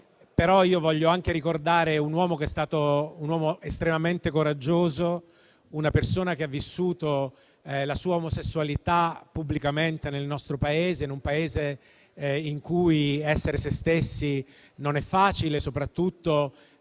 però io desidero anche ricordare un uomo che è stato estremamente coraggioso, una persona che ha vissuto la sua omosessualità pubblicamente in un Paese, il nostro, in cui essere sé stessi non è facile, soprattutto